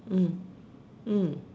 mm mm